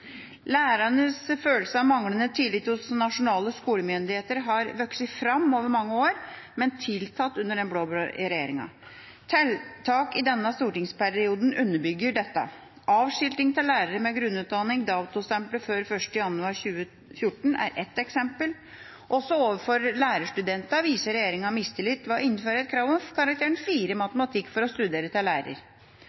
Lærernes følelse av manglende tillit hos nasjonale skolemyndigheter har vokst fram over mange år, men tiltatt under den blå-blå regjeringa. Tiltak i denne stortingsperioden underbygger dette. Avskilting av lærere med grunnutdanning datostemplet før 1. januar 2014 er ett eksempel. Også overfor lærerstudentene viser regjeringa mistillit ved å innføre et krav om karakteren